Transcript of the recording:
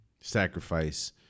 sacrifice